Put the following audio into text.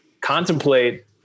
contemplate